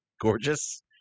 Gorgeous